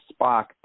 Spock